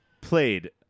played